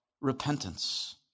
repentance